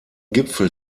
gipfel